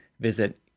visit